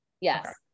Yes